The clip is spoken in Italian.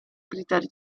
criteri